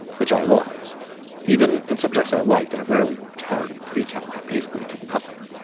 which i was even in subjects i liked. i rarely worked hard and precalc. i basically did nothing.